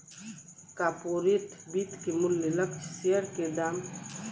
corporate वित्त के मूल्य लक्ष्य शेयर के दाम के बढ़ावेले